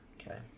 okay